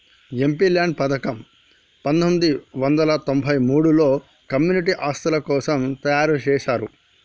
MPLADS పథకం పందొమ్మిది వందల తొంబై మూడులో కమ్యూనిటీ ఆస్తుల కోసం తయ్యారుజేశారు